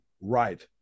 Right